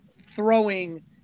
throwing